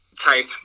type